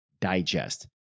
Digest